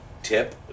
Tip